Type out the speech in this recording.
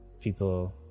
people